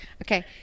Okay